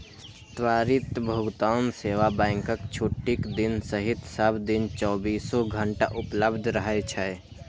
त्वरित भुगतान सेवा बैंकक छुट्टीक दिन सहित सब दिन चौबीसो घंटा उपलब्ध रहै छै